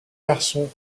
garçons